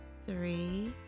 three